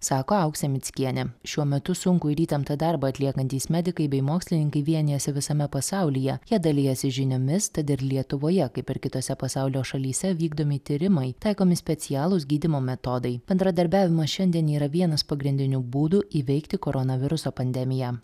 sako auksė mickienė šiuo metu sunkų ir įtemptą darbą atliekantys medikai bei mokslininkai vienijasi visame pasaulyje jie dalijasi žiniomis tad ir lietuvoje kaip ir kitose pasaulio šalyse vykdomi tyrimai taikomi specialūs gydymo metodai bendradarbiavimas šiandien yra vienas pagrindinių būdų įveikti koronaviruso pandemiją